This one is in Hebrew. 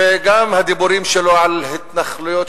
וגם הדיבורים שלו על התנחלויות,